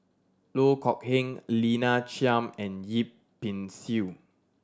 Loh Kok Heng Lina Chiam and Yip Pin Xiu